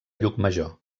llucmajor